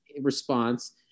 response